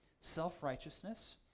self-righteousness